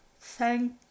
thank